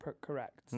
correct